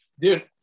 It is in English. Dude